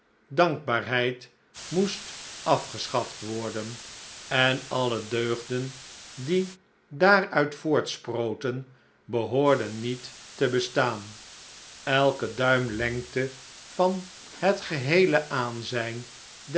dankbaarheid moest afgeschaft worden en alle deugden die daaruit voortsproten behoorden niet te bestaan elke duim lengte van het geheele aanzijn